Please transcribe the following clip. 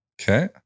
okay